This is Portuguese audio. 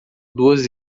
duas